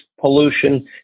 Pollution